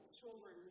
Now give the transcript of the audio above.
children